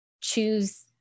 choose